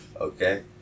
Okay